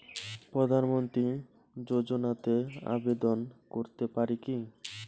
প্রধানমন্ত্রী যোজনাতে আবেদন করতে পারি কি?